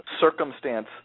circumstance